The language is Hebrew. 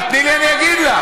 אבל תני לי, אני אגיד לך.